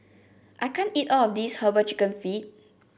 I can't eat all of this herbal chicken feet